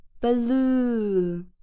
blue